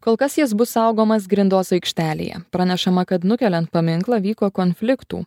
kol kas jis bus saugomas grindos aikštelėje pranešama kad nukeliant paminklą vyko konfliktų